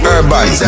Urban